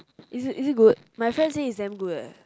is it is it good my friend say is damn good leh